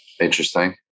Interesting